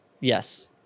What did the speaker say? Yes